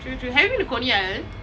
true true have you been to coney island